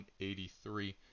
183